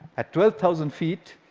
at twelve thousand feet,